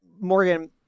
Morgan